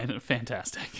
Fantastic